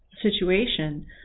situation